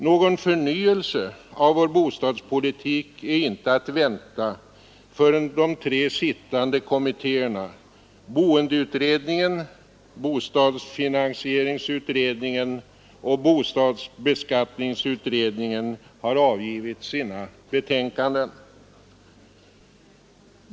Någon förnyelse av vår bostadspolitik är inte att vänta förrän de tre sittande kommittéerna — boendeutredningen, bostadsfinansieringsutredningen och bostadsbeskattningsutredningen — har avgivit sina betänkanden.